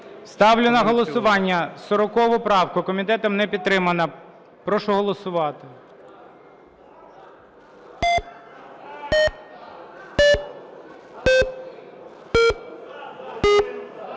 Ставлю на голосування 40 правку. Комітетом не підтримана. Прошу голосувати.